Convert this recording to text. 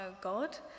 God